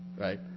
right